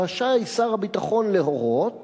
"רשאי שר הביטחון להורות